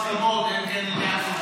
הסיכום היה שאין שמיות.